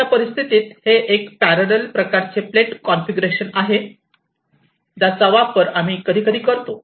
तर अशा परिस्थितीत हे एक पॅरारल प्रकारचे प्लेट कॉन्फिगरेशन आहे ज्याचा वापर आम्ही कधीकधी करतो